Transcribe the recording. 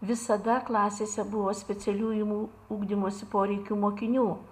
visada klasėse buvo specialiųjų ugdymosi poreikių mokinių